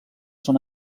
són